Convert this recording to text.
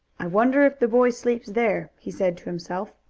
i wonder if the boy sleeps there, he said to himself.